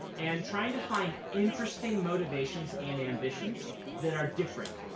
and trying to find interesting motivations and ambitions that are different.